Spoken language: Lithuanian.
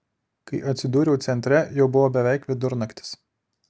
kai atsidūriau centre jau buvo beveik vidurnaktis